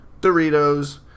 Doritos